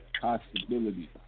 possibility